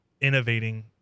innovating